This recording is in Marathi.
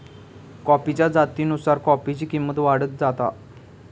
कॉफीच्या जातीनुसार कॉफीची किंमत वाढत जाता